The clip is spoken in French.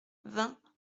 vingt